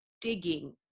digging